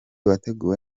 wateguwe